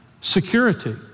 Security